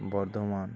Bardhaman